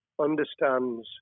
understands